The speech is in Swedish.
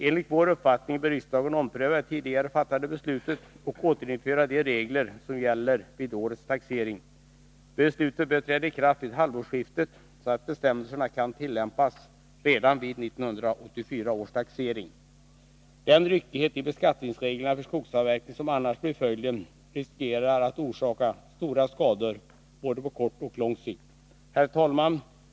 Enligt vår uppfattning bör riksdagen ompröva det tidigare fattade beslutet och återinföra de regler som gäller för årets taxering. Beslutet bör träda i kraft vid halvårsskiftet, så att bestämmelserna kan tillämpas redan vid 1984 års taxering. Det är risk för att den ryckighet i beskattningsreglerna för skogsavverkning som annars blir följden orsakar stora skador på både kort och lång sikt. Herr talman!